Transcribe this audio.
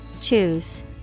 Choose